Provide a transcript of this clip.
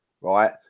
right